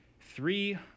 three